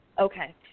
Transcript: Okay